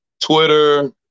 Twitter